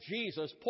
Jesus